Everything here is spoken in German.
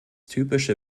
typische